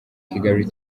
kigali